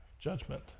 judgment